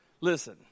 Listen